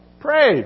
Pray